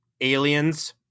Aliens